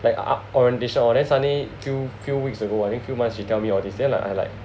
like a~ orientation all then suddenly few few weeks ago I think few months ago she tell me all these then I like